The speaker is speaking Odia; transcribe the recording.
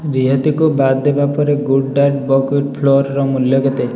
ରିହାତିକୁ ବାଦ୍ ଦେବା ପରେ ଗୁଡ୍ ଡ଼ାଏଟ୍ ବକହ୍ୱିଟ୍ ଫ୍ଲୋର୍ର ମୂଲ୍ୟ କେତେ